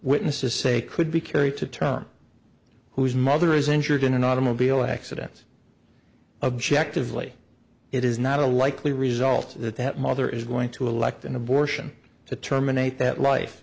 witnesses say could be carried to term whose mother is injured in an automobile accident objectively it is not a likely result that that mother is going to elect an abortion to terminate that life